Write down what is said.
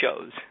shows